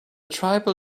tribal